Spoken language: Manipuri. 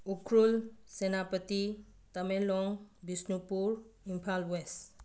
ꯎꯈ꯭ꯔꯨꯜ ꯁꯦꯅꯥꯄꯇꯤ ꯇꯥꯃꯦꯡꯂꯣꯡ ꯕꯤꯁꯅꯨꯄꯨꯔ ꯏꯝꯐꯥꯜ ꯋꯦꯁ